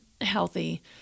healthy